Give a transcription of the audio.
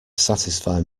satisfy